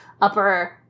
upper